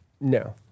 no